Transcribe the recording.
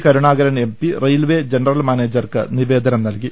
Karunakaran MP railway general മാനേ ജർക്ക് നിവേദനം നൽകി